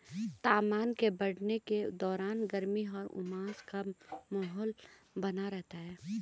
तापमान के बढ़ने के दौरान गर्मी और उमस का माहौल बना रहता है